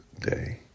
day